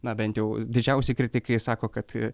na bent jau didžiausi kritikai sako kad